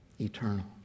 eternal